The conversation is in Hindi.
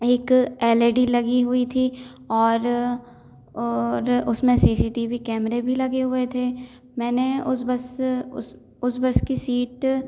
एक एल ई डी लगी हुई थी और और उसमें सी सी टी वी कैमरे भी लगे हुए थें मैंने उस बस उस उस बस की सीट